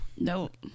Nope